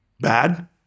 Bad